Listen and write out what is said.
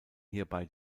hierbei